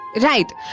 right